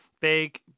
big